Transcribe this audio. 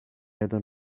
ήταν